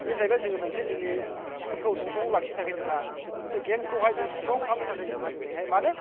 बियो जाहैबाय जोङो मोनसे जोंनि टिमखौ स्ट्रं लाखिनो थाखाय जोंहा मोनसे गेमखौहाय जों स्ट्रं खालामनो थाखाय जोंहा दिनैहाय मानो